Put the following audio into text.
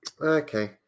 Okay